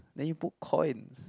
then you put coins